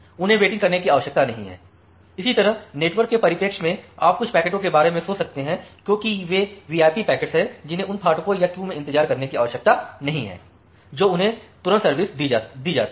उन्हें वेटिंग करने की आवश्यकता नहीं है इसी तरह नेटवर्क के परिप्रेक्ष्य में आप कुछ पैकेटों के बारे में सोच सकते हैं क्योंकि वे वीआईपी पैकेट्स हैं जिन्हें उन फाटकों या क्यू में इंतजार करने की आवश्यकता नहीं है जो उन्हें तुरंत सर्विस दी जाती हैं